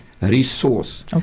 resource